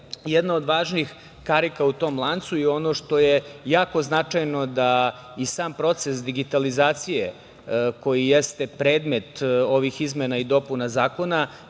jedna od važnih karika u tom lancu. Ono što je jako značajno je da i sam proces digitalizacije koji jeste predmet ovih izmena i dopuna zakona